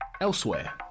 Elsewhere